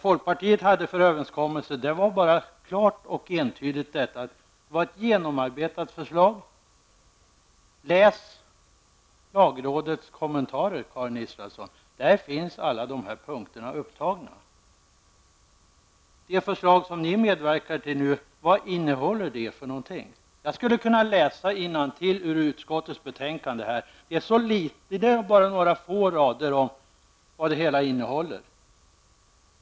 Folkpartiets överenskommelse var ett genomarbetat förslag. Läs lagrådets kommentarer, Karin Israelsson! Där finns alla dessa punkter upptagna. Vad innehåller det förslag som ni i centerpartiet nu medverkar till? Jag skulle kunna läsa innantill i utskottets betänkande, eftersom det bara står några få rader om vad det hela innehåller.